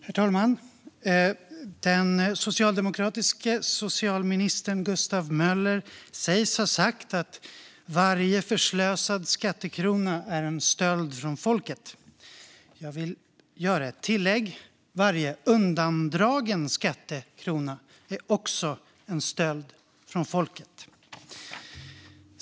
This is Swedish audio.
Herr talman! Den socialdemokratiske socialministern Gustav Möller sägs ha sagt att varje förslösad skattekrona är en stöld från folket. Jag vill göra ett tillägg: Varje undandragen skattekrona är också en stöld från folket.